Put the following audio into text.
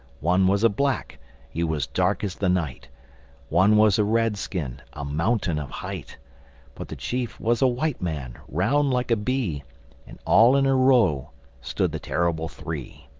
one was a black he was dark as the night one was a red-skin, a mountain of height but the chief was a white man, round like a bee and all in a row stood the terrible three.